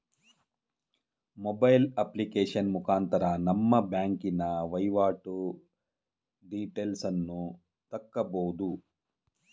mobile application ಮುಖಾಂತರ ನಮ್ಮ ಬ್ಯಾಂಕಿನ ವೈವಾಟು ಡೀಟೇಲ್ಸನ್ನು ತಕ್ಕಬೋದು